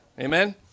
Amen